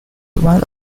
one